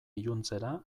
iluntzera